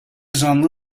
zanlı